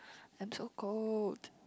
I'm so cold